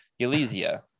Elysia